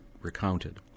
recounted